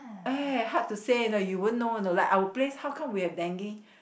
eh hard to say you know you won't know you know like our place how come we have dengue